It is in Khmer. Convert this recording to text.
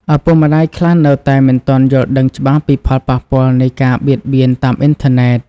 ឪពុកម្ដាយខ្លះនៅតែមិនទាន់យល់ដឹងច្បាស់ពីផលប៉ះពាល់នៃការបៀតបៀនតាមអ៊ីនធឺណិត។